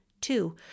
Two